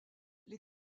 les